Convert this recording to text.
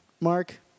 Mark